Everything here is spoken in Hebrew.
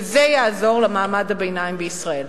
וזה יעזור למעמד הביניים בישראל.